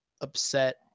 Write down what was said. upset